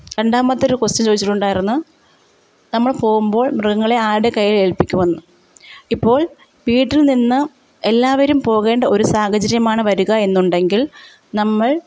രണ്ടാമത്തെ ഒരു ക്വസ്റ്റ്യൻ ചോദിച്ചിട്ടുണ്ടായിരുന്നു നമ്മൾ പോകുമ്പോൾ മൃഗങ്ങളെ ആരുടെ കൈയില് ഏല്പ്പിക്കുമെന്ന് ഇപ്പോള് വീട്ടില് നിന്ന് എല്ലാവരും പോകേണ്ട ഒരു സാഹചര്യമാണ് വരുക എന്നുണ്ടെങ്കില് നമ്മള്